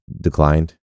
declined